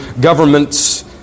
governments